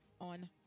on